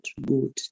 good